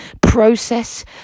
process